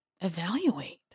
evaluate